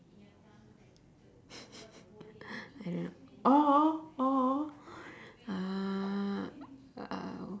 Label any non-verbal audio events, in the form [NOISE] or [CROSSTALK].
[LAUGHS] I don't know or or uh uh